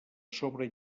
sobre